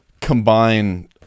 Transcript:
combine